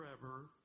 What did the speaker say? forever